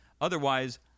otherwise